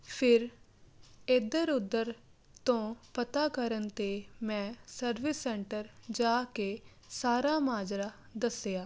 ਫਿਰ ਇੱਧਰ ਉੱਧਰ ਤੋਂ ਪਤਾ ਕਰਨ 'ਤੇ ਮੈਂ ਸਰਵਿਸ ਸੈਂਟਰ ਜਾ ਕੇ ਸਾਰਾ ਮਾਜਰਾ ਦੱਸਿਆ